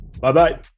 Bye-bye